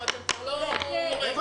לא מדובר על הפחתת שכר,